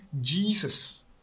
Jesus